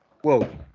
Whoa